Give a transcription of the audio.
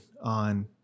on